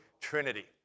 trinity